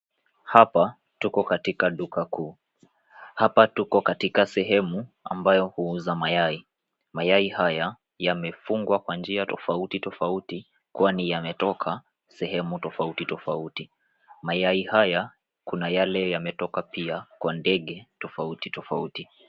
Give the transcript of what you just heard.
Hapa tuko katika duka kuu. Hapa tuko katika sehemu ambayo huuza mayai. Mayai haya yamefungwa kwa njia tofauti tofauti kwani yametoka sehemu tofauti tofauti. Mayai haya, kuna yale yametoka pia kwa ndege tofauti tofauti.